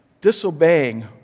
disobeying